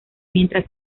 mientras